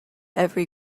every